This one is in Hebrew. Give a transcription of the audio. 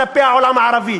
כלפי העולם הערבי,